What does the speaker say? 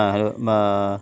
ആ ഹലോ